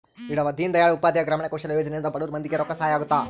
ದೀನ್ ದಯಾಳ್ ಉಪಾಧ್ಯಾಯ ಗ್ರಾಮೀಣ ಕೌಶಲ್ಯ ಯೋಜನೆ ಇಂದ ಬಡುರ್ ಮಂದಿ ಗೆ ರೊಕ್ಕ ಸಹಾಯ ಅಗುತ್ತ